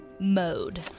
Mode